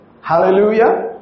Hallelujah